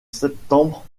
septembre